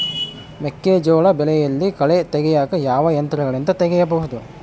ಮೆಕ್ಕೆಜೋಳ ಬೆಳೆಯಲ್ಲಿ ಕಳೆ ತೆಗಿಯಾಕ ಯಾವ ಯಂತ್ರಗಳಿಂದ ತೆಗಿಬಹುದು?